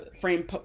frame